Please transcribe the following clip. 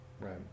Right